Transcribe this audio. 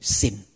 sin